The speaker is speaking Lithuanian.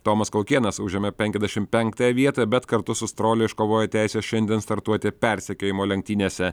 tomas kaukėnas užėmė penkiasdešimt penktąją vietą bet kartu su strolia iškovojo teisę šiandien startuoti persekiojimo lenktynėse